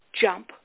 jump